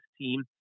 team